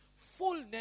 fullness